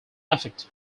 affect